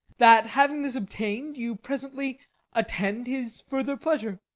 that, having this obtain'd, you presently attend his further pleasure.